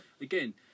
Again